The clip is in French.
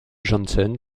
janssen